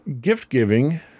gift-giving